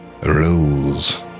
rules